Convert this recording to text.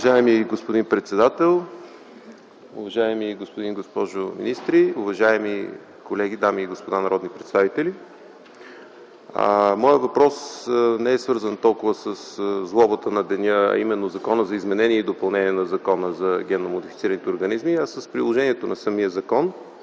Уважаеми господин председател, уважаеми господин и госпожо министри, уважаеми колеги, дами и господа народни представители! Моят въпрос не е свързан толкова със злобата на деня, а именно Закона за изменение и допълнение на Закона за генно модифицираните организми, а с приложението на самия закон.